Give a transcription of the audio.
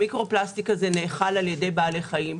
זה נאכל על ידי בעלי החיים,